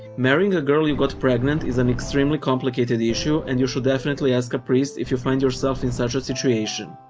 marrying a girl you got pregnant is an extremely complicated issue and you should definitely ask a priest if you find yourself in such a situation.